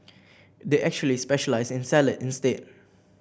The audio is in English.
they actually specialise in salad instead